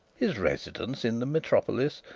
his residence in the metropolis,